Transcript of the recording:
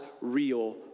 real